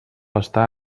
estar